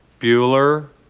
bueller.